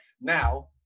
now